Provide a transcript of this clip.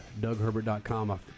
DougHerbert.com